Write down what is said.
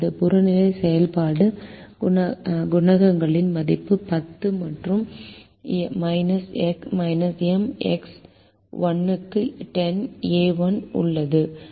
புறநிலை செயல்பாடு குணகங்களின் மதிப்பு 10 மற்றும் எம் எக்ஸ் 1 க்கு 10 ஏ 1 உள்ளது எம்